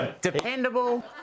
Dependable